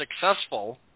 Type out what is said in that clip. successful